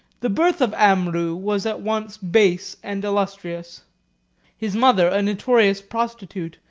the birth of amrou was at once base and illustrious his mother, a notorious prostitute,